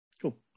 Cool